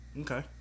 Okay